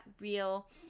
real